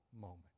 moment